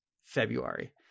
February